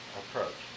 approach